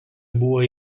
buvo